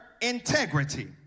integrity